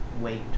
wait